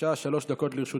דקות לרשות